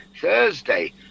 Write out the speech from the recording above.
Thursday